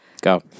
Go